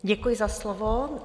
Děkuji za slovo.